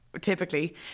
typically